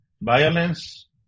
violence